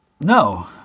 No